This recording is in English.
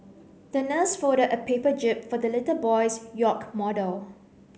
the nurse folded a paper jib for the little boy's yacht model